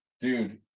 Dude